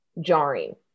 jarring